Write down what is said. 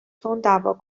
تنددعوا